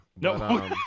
No